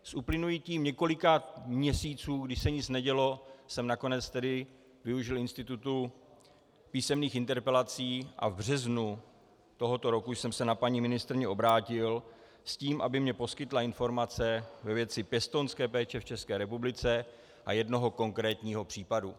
S uplynutím několika měsíců, kdy se nic nedělo, jsem tedy nakonec využil institutu písemných interpelací a v březnu tohoto roku jsem se na paní ministryni obrátil s tím, aby mi poskytla informace ve věci pěstounské péče v České republice a jednoho konkrétního případu.